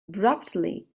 abruptly